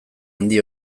handi